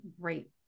great